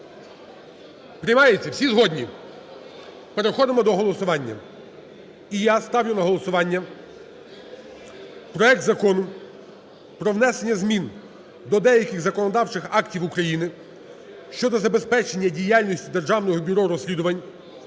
Приймається? Всі згодні? Переходимо до голосування. І я ставлю на голосування проект Закону про внесення змін до деяких законодавчих актів України щодо забезпечення діяльності Державного бюро розслідувань